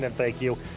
and thank you.